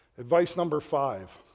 advice number five,